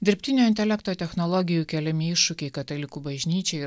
dirbtinio intelekto technologijų keliami iššūkiai katalikų bažnyčiai